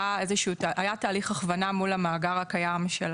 היה תהליך הכוונה מול המאגר הקיים של